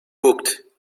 booked